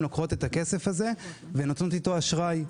לוקחות את הכסף הזה ונותנות איתו אשראי.